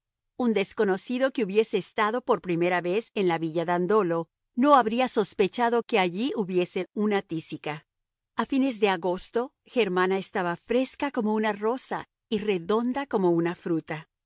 un desconocido que hubiese estado por primera vez en la villa dandolo no habría sospechado que allí hubiese una tísica a fines de agosto germana estaba fresca como una rosa y redonda como una fruta